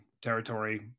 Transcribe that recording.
territory